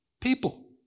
People